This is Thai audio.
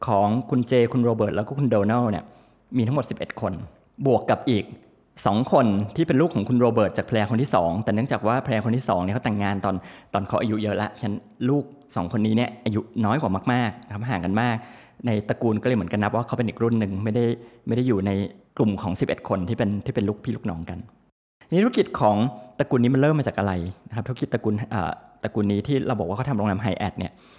ของคุณเจคุณโรเบิร์ตแล้วก็คุณโดนัลเนี่ยมีทั้งหมด 11 คน บวกกับอีกสองคนที่เป็นลูกของคุณโรเบิร์ตจากแพรคนที่สอง แต่เนื่องจากว่าแพรคนที่สองเนี่ยเขาแต่งงานตอน- ตอนเขาอายุเยอะละ ฉะนั้นลูกสองคนนี้เนี่ยอายุน้อยกว่ามากๆนะครับ ห่างกันมาก ในตระกูลก็เลยเหมือนกันนับว่าเขาเป็นอีกรุ่นหนึ่ง ไม่ได้- ไม่ได้อยู่ในกลุ่มของ 11 คนที่เป็น- ที่เป็นลูกพี่ลูกน้องกัน ทีนี้ธุรกิจของตระกูลนี้มันเริ่มมาจากอะไรนะครับ? ธุรกิจตระกูลเอ่อตระกูลนี้ที่เราบอกว่าเขาทำโรงแรม Hyatt เนี่ย